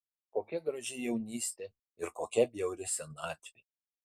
kokia graži jaunystė ir kokia bjauri senatvė